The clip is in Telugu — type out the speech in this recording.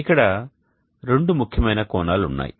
ఇక్కడ రెండు ముఖ్యమైన కోణాలు ఉన్నాయి